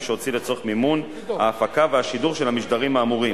שהוציא לצורך מימון ההפקה והשידור של המשדרים האמורים,